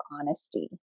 honesty